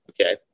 Okay